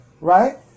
Right